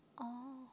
oh